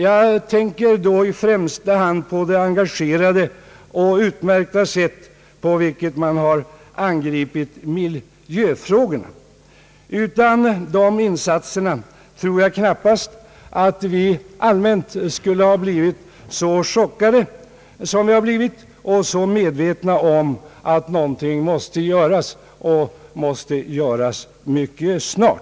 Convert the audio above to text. Jag tänker då först och främst på att TV angripit miljöfrågorna på ett engagerat och utmärkt sätt. Utan de insatserna skulle vi knappast, tror jag, allmänt ha blivit så chockade och så medvetna om att någonting måste göras och göras mycket snart.